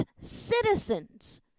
citizens